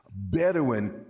Bedouin